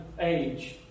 age